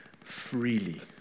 freely